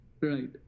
Right